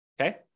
okay